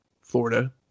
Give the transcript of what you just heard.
Florida